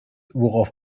worauf